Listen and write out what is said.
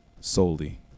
solely